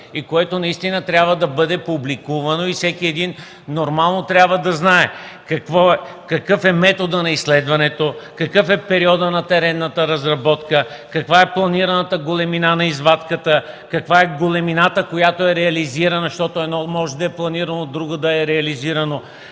изследване. То трябва да бъдат публикувано, но всеки трябва да знае какъв е методът на изследването, какъв е периодът на теренната разработка, каква е планираната големина на извадката, каква е големината, която е реализирана, защото едно може да е планирано, друго да е реализирано,